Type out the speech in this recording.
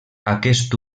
aquest